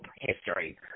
history